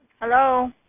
Hello